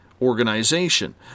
organization